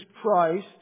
Christ